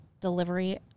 delivery